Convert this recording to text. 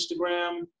Instagram